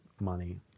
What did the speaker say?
money